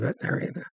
veterinarian